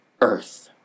earth